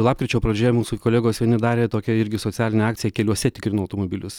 lapkričio pradžioje mūsų kolegos vieni darė tokią irgi socialinę akciją keliuose tikrino automobilius